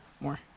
More